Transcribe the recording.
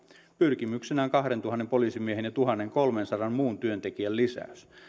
pyrkimyksenä on kahdentuhannen poliisimiehen ja tuhannenkolmensadan muun työntekijän lisäys